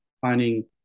finding